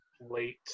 late